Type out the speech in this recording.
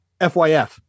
fyf